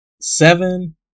Seven